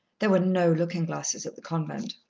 there were no looking-glasses at the convent.